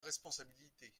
responsabilité